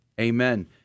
Amen